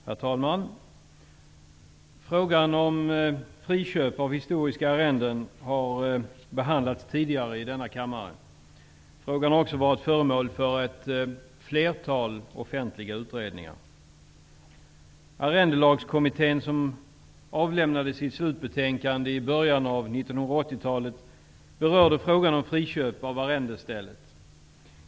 Herr talman! Frågan om friköp av historiska arrenden har behandlats tidigare i denna kammare. Frågan har också varit föremål för ett flertal offentliga utredningar. Arrendelagskommittén, som avlämnade sitt slutbetänkande i början av 1980-talet, berörde frågan om friköp av arrendestället.